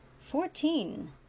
Fourteen